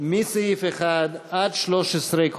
מסעיף 1 עד 13,